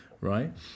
Right